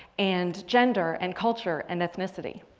and gender and culture and ethnicity.